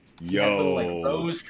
Yo